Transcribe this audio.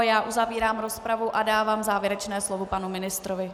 Já uzavírám rozpravu a dávám závěrečné slovo panu ministrovi.